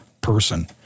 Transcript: person